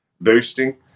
boosting